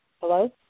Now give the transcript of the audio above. Hello